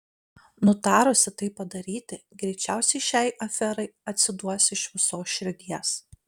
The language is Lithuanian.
nutarusi tai padaryti greičiausiai šiai aferai atsiduos iš visos širdies